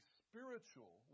spiritual